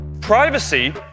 Privacy